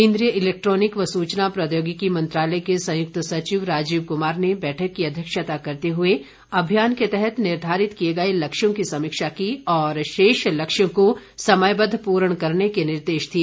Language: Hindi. केन्द्रीय इलेक्ट्रॉनिकी व सूचना प्रौद्योगिकी मंत्रालय के संयुक्त सचिव राजीव कुमार ने बैठक की अध्यक्षता करते हुए अभियान के तहत निर्धारित किये गये लक्ष्यों की समीक्षा की और शेष लक्ष्यों को समयबद्ध पूर्ण करने के निर्देश दिए